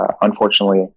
unfortunately